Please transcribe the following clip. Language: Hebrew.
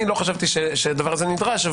לא חשבתי שזה נדרש.